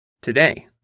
Today